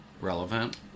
Relevant